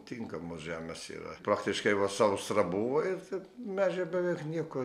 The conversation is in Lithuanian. tinkamos žemės yra praktiškai va sausra buvo ir taip medžių beveik nieko